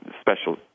Special